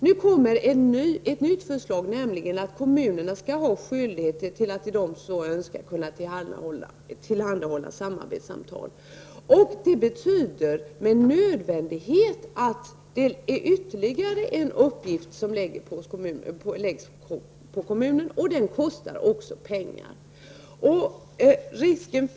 Nu framläggs ett nytt förslag, nämligen att kommunerna skall ha skyldighet att till dem som så önskar tillhandahålla samarbetssamtal. Det betyder med nödvändighet att ytterligare en uppgift läggs på kommunerna, och den kostar pengar.